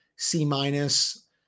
C-minus